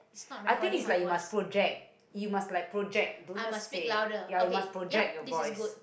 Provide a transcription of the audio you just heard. I think is like you must project you must like project don't just say ya you must project your voice